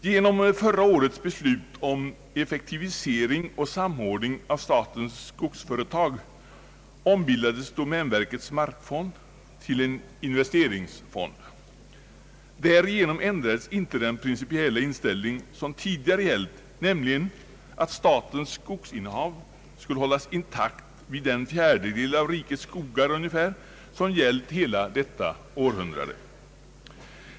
Genom förra årets beslut om effektivisering och samordning av statens skogsföretag ombildades domänverkets markfond till en investeringsfond. Därigenom ändrades inte den principiella inställning som tidigare gällt, nämligen att statens skogsinnehav skulle hållas intakt vid den fjärdedel av rikets skogar, som gällt hela detta århundrade.